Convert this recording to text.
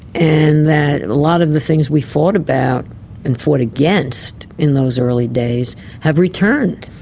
and that a lot of the things we fought about and fought against in those early days have returned,